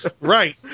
Right